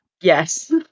Yes